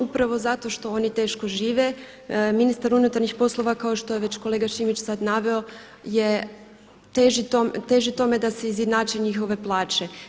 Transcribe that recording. Upravo zato što oni teško žive ministar unutarnjih poslova kao što je već kolega Šimić sad naveo je teži tome da se izjednače njihove plaće.